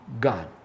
God